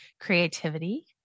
creativity